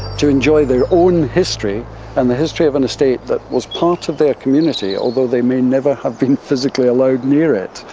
to enjoy their own history and the history of an estate that was part of their community, although they may never have been physically allowed near it!